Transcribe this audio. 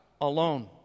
alone